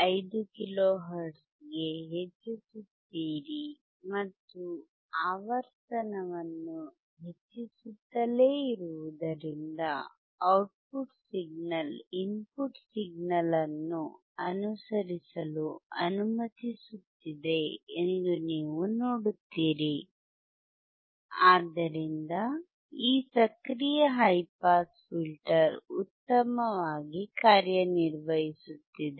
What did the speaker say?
5 kilo ಹರ್ಟ್ಜ್ಗೆ ಹೆಚ್ಚಿಸುತ್ತೀರಿ ಮತ್ತು ಆವರ್ತನವನ್ನು ಹೆಚ್ಚಿಸುತ್ತಲೇ ಇರುವುದರಿಂದ ಔಟ್ಪುಟ್ ಸಿಗ್ನಲ್ ಇನ್ಪುಟ್ ಸಿಗ್ನಲ್ ಅನ್ನು ಅನುಸರಿಸಲು ಅನುಮತಿಸುತ್ತದೆ ಎಂದು ನೀವು ನೋಡುತ್ತೀರಿ ಆದ್ದರಿಂದ ಈ ಸಕ್ರಿಯ ಹೈ ಪಾಸ್ ಫಿಲ್ಟರ್ ಉತ್ತಮವಾಗಿ ಕಾರ್ಯನಿರ್ವಹಿಸುತ್ತಿದೆ